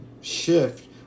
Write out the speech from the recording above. shift